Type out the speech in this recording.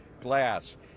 Glass